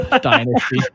dynasty